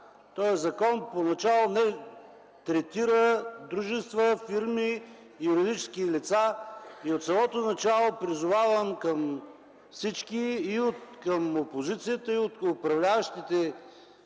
този закон третира дружества, фирми, юридически лица, и от самото начало призовавам всички – и от опозицията, и от управляващите